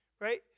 right